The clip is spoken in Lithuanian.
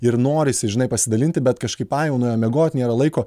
ir norisi žinai pasidalinti bet kažkaip ai jau nuėjo miegot nėra laiko